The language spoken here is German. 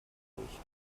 durch